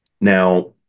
Now